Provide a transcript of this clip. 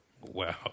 Wow